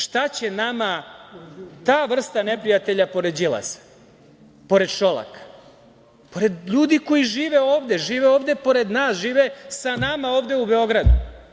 Šta će nama ta vrsta neprijatelja pored Đilasa, pored Šolaka, pored ljudi koji žive ovde, žive sa nama ovde u Beogradu?